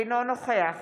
אינו נוכח